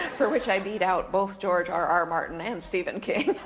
for which i beat out both george r r. martin and stephen king.